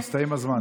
הסתיים הזמן.